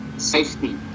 safety